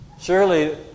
Surely